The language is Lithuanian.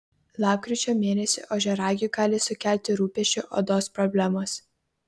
lapkričio mėnesį ožiaragiui gali sukelti rūpesčių odos problemos